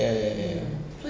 ya ya ya